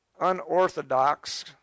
unorthodox